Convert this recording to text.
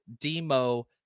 Demo